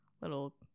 little